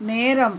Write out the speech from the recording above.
நேரம்